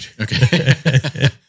Okay